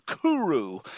Kuru